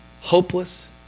hopeless